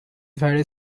very